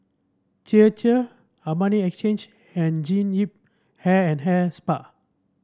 Chir Chir Armani Exchange and Jean Yip Hair and Hair Spa